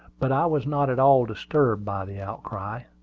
but i was not at all disturbed by the outcry.